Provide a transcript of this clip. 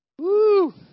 Woo